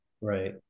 Right